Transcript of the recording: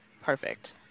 perfect